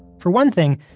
for one thing,